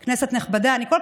עוד לשכות, עוד נהגים,